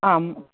आम्